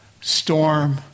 storm